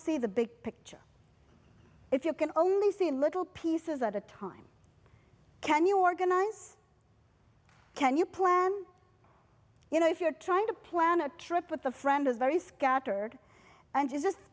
see the big picture if you can only see in little pieces at a time can you organize can you plan you know if you're trying to plan a trip with a friend who's very scattered and is just